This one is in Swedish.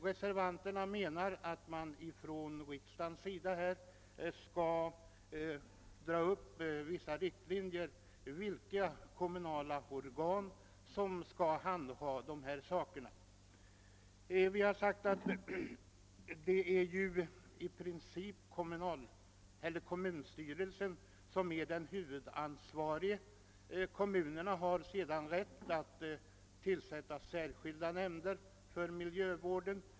Reservanterna anser att riksdagen bör dra upp vissa riktlinjer för vilka kommunala organ det är som skall handha dessa frågor. Vi har sagt att det i princip är kommunstyrelsen som är huvudansvarig i detta sammanhang. Kommunerna har rätt att tillsätta särskilda nämnder för miljövården.